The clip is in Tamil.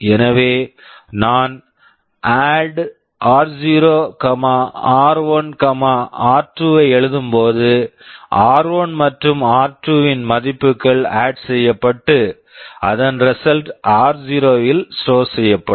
எனவே நான் add ADD r0 r1 r2 ஐ எழுதும்போது ஆர்1 r1 மற்றும் ஆர்2 r2 இன் மதிப்புகள் ஆட் add செய்யப்பட்டு அதன் ரிசல்ட் result ஆர்0 r0 இல் ஸ்டோர் store செய்யப்படும்